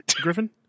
Griffin